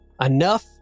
enough